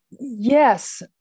Yes